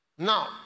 Now